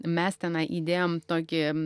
mes tenai įdėjom tokį